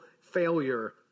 failure